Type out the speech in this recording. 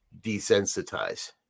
desensitize